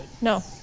No